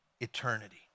eternity